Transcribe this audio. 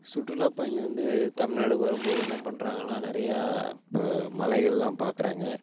சுற்றுலா பயணி வந்து தமிழ்நாடுக்கு வரும் போது என்ன பண்ணுறாங்கன்னா நிறையா இப்போ மலைகள்லாம் பார்க்கறாங்க